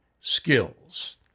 skills